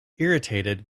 irritated